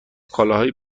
کالاهای